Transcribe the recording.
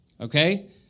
okay